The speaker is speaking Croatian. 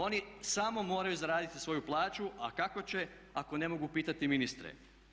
Oni samo moraju zaraditi svoju plaću, a kako će ako ne mogu pitati ministre.